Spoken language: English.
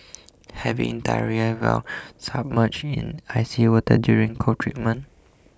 having diarrhoea while submerged in icy water during cold treatment